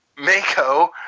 Mako